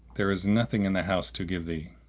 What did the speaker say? there is nothing in the house to give thee.